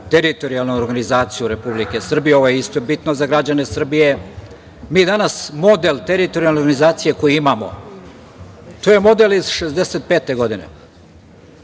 teritorijalnu organizaciju Republike Srbije. Ovo je isto bitno za građane Srbije. Mi danas model teritorijalne organizacije, koji imamo, to je model iz 1965. godine.